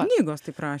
knygos taip raš